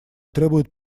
требует